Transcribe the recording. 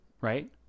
right